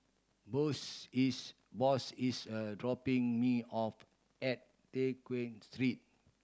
Boss is Boss is a dropping me off at Tew Chew Street